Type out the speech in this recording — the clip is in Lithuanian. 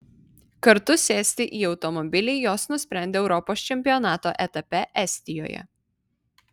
kartu sėsti į automobilį jos nusprendė europos čempionato etape estijoje